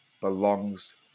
belongs